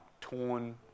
torn